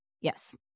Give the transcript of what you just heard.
Yes